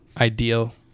ideal